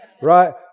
right